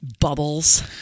bubbles